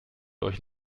euch